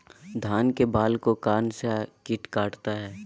धान के बाल को कौन सा किट काटता है?